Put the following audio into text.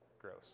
Gross